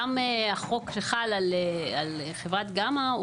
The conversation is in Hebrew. גם החוק שחל על חברת גמא,